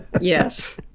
Yes